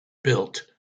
built